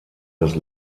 des